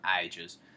ages